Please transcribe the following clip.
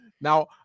Now